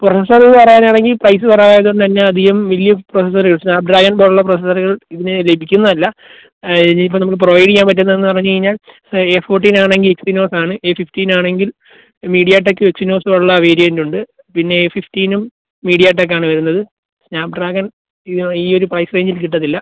processor പറയാൻ ആണെങ്കിൽ price കുറവായതുകൊണ്ട് തന്നെ അധികം വലിയ പ്രൊസസ്സറ് ഉള്ള പ്രൊസസ്സറുകൾ ഇതിന് ലഭിക്കുന്നതല്ല ഇനി ഇപ്പോൾ നമ്മൾ പ്രൊവൈഡ് ചെയ്യാൻ പറ്റുന്നത് എന്ന് പറഞ്ഞ് കഴിഞ്ഞാൽ എ ഫോർട്ടീന് ആണെങ്കിൽ ഇഫ്റ്റിനോസാണ് എ ഫിഫ്റ്റീൻ ആണെങ്കിൽ മീഡിയടെക് എച്ചിനോസും ഉള്ള വേരിയൻറ്റുണ്ട് പിന്നെ എ ഫിഫ്റ്റീനും മീഡിയടെക്ക് ആണ് വരുന്നത് സ്നാപ്പ്ഡ്രാഗൺ ഈ ഈ ഒരു പ്രൈസ് റേഞ്ചിൽ കിട്ടത്തില്ല